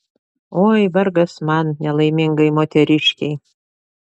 oi vargas man nelaimingai moteriškei